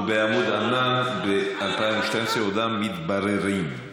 ובעמוד ענן ב-2012 עודם מתבררים,